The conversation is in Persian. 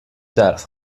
درس